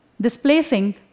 displacing